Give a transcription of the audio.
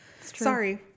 Sorry